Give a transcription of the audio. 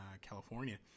California